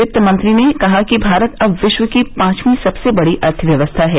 वित्तमंत्री ने कहा कि भारत अब विश्व की पांचवी सबसे बड़ी अर्थव्यवस्था हैं